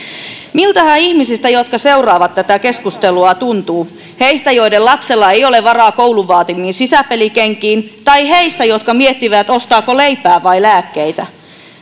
miltähän ihmisistä jotka seuraavat tätä keskustelua tuntuu heistä joiden lapsella ei ole varaa koulun vaatimiin sisäpelikenkiin tai heistä jotka miettivät ostaako leipää vai lääkkeitä